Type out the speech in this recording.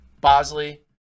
Bosley